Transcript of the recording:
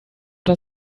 das